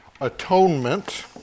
atonement